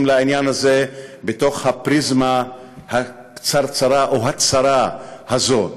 לעניין הזה רק מהפריזמה הקצרצרה או הצרה הזאת,